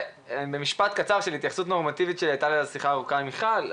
לומר משפט אחד להתייחסות לשיחה שהייתה לי עם חברתה כנסת וולדיגר,